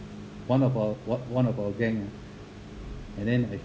one of our o~ one of our gang ah and then